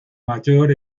mayor